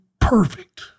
perfect